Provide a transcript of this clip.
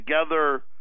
together